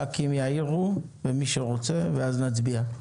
חברי הכנסת יעירו וכן מי שירצה ואז נצביע.